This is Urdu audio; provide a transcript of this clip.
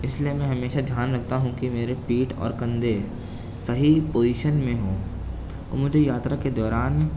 اس لیے میں ہمیشہ دھیان رکھتا ہوں کہ میرے پیٹھ اور کندھے صحیح پوزیشن میں ہوں اور مجھے یاترا کے دوران